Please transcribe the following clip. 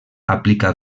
aplica